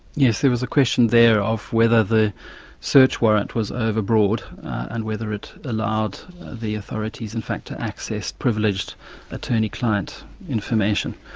yes, there was a question there of whether the search warrant was over-broad, and whether it allowed the authorities in fact to access privileged attorney-client information.